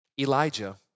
Elijah